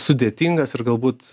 sudėtingas ir galbūt